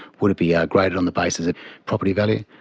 would it be ah graded on the basis of property value?